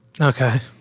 Okay